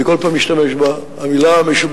אני כל פעם משתמש בה, המלה משובשת.